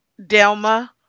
Delma